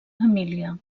emília